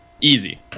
Easy